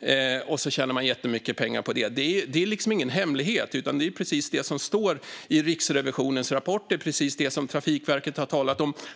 De tjänar jättemycket pengar på det. Det är liksom ingen hemlighet, utan det är precis det som står i Riksrevisionens rapport. Det är precis det som Trafikverket har talat om.